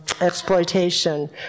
exploitation